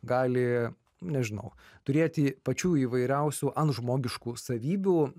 gali nežinau turėti pačių įvairiausių antžmogiškų savybių